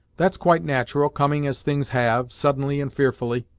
that's quite nat'ral, coming as things have, suddenly and fearfully.